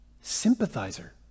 sympathizer